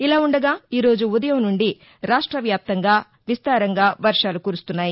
ఇలా ఉండగా ఈరోజు ఉదయం నుండి రాష్ట వ్యాప్తంగా విస్తారంగా వర్షాలు కురుస్తున్నాయి